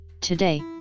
today